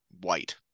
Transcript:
white